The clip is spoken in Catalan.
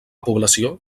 població